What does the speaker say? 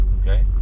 Okay